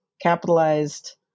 capitalized